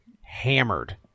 hammered